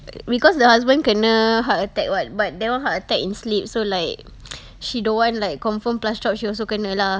because the husband kena heart attack [what] but that [one] heart attack in sleep so like she don't want like confirm plus chop she also kena lah